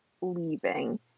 leaving